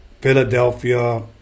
Philadelphia